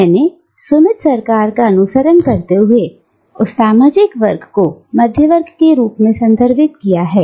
मैंने सुमित सरकार का अनुसरण करते हुए उस सामाजिक वर्ग को मध्यवर्ग के रूप में संदर्भित किया है